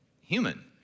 human